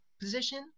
position